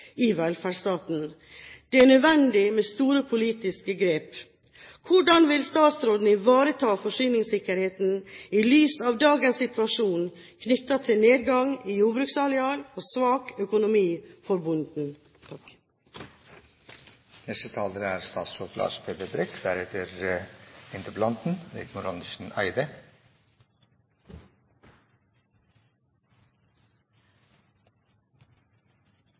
i velferdsstaten. Det er nødvendig med store politiske grep. Hvordan vil statsråden ivareta forsyningssikkerheten i lys av dagens situasjon knyttet til nedgang i jordbruksareal og svak økonomi for bonden? Representanten Rigmor Andersen Eide